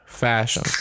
fashion